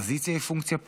האופוזיציה היא פונקציה פה?